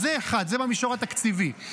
אז זה אחד, זה במישור התקציבי.